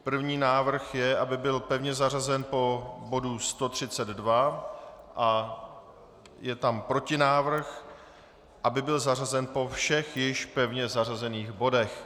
První návrh je, aby byl pevně zařazen po bodu 132, a je tam protinávrh, aby byl zařazen po všech již pevně zařazených bodech.